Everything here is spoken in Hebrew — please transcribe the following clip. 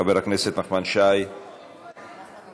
חבר הכנסת נחמן שי, בבקשה.